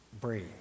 breathe